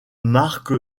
marque